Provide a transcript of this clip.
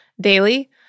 daily